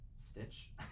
Stitch